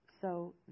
So